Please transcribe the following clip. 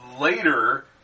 later